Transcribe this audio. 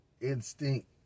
instinct